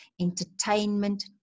entertainment